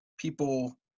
People